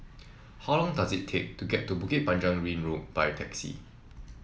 how long does it take to get to Bukit Panjang Ring Road by taxi